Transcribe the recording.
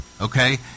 Okay